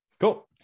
Cool